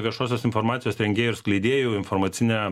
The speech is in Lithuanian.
viešosios informacijos rengėjų ir skleidėjų informacinę